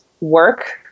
work